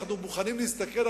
אנחנו מוכנים להסתכן,